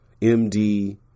MD